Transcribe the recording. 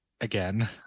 again